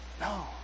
No